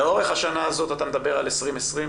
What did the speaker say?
לאורך השנה הזאת אתה מדבר על 2020,